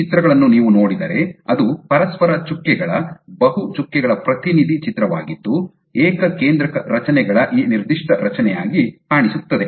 ಈ ಚಿತ್ರಗಳನ್ನು ನೀವು ನೋಡಿದರೆ ಅದು ಪರಸ್ಪರ ಚುಕ್ಕೆಗಳ ಬಹು ಚುಕ್ಕೆಗಳ ಪ್ರತಿನಿಧಿ ಚಿತ್ರವಾಗಿದ್ದು ಏಕಕೇಂದ್ರಕ ರಚನೆಗಳ ಈ ನಿರ್ದಿಷ್ಟ ರಚನೆಯಾಗಿ ಕಾಣಿಸುತ್ತದೆ